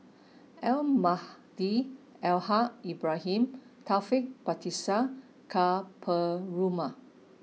Almahdi Al Haj Ibrahim Taufik Batisah and Ka Perumal